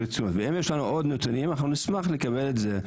אם יש עוד נתונים נשמח לקבל את זה.